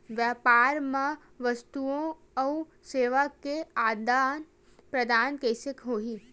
व्यापार मा वस्तुओ अउ सेवा के आदान प्रदान कइसे होही?